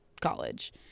college